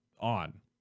on